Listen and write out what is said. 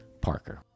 Parker